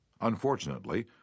Unfortunately